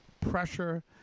pressure